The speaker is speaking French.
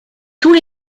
tous